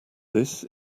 this